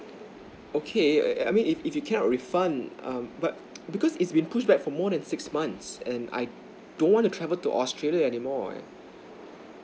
okay I I mean if if you cannot refund um but because it's been pushed back for more than six months and I don't want to travel to australia anymore